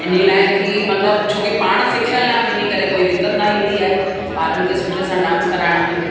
इन्ही लाइ की मतिलबु छो की पाण सिखियलु आहियूं इन्ही करे कोई दिक़त न ईंदी आहे ॿारनि खे सुठे सां डांस कराइण में